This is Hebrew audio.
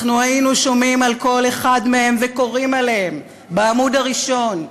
היינו שומעים על כל אחד מהם וקוראים עליהם בעמוד הראשון בתקשורת.